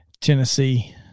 Tennessee